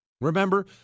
Remember